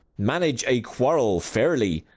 manage a quarrel fairly,